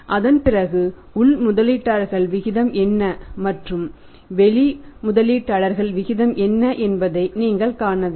அதன்பிறகு உள் முதலீட்டாளர்கள் விகிதம் என்ன மற்றும் வெளி முதலீட்டாளர்கள் விகிதம் என்ன என்பதை நீங்கள் காண வேண்டும்